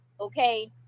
okay